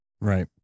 right